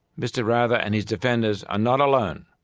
mr. rather and his defenders are not alone.